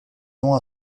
nom